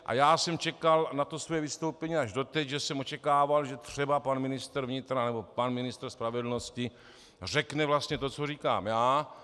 A já jsem čekal na své vystoupení až doteď, že jsem očekával, že třeba pan ministr vnitra nebo pan ministr spravedlnosti řekne vlastně to, co říkám já.